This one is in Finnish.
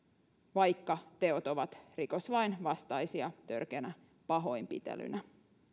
vaikka teot ovat rikoslain vastaisia törkeänä pahoinpitelynä